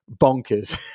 bonkers